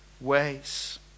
ways